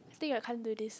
I think I can't do this